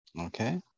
Okay